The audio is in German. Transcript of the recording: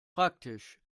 praktisch